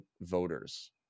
voters